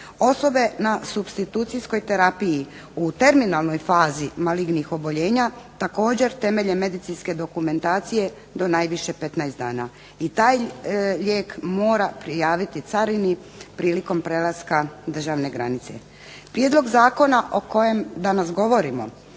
Osobe na supstitucijskoj terapiji u terminalnoj fazi malignih oboljenja također temeljem medicinske dokumentacije do najviše 15 dana. I taj lijek mora prijaviti carini prilikom prelaska državne granice. Prijedlog zakona o kojem danas govorimo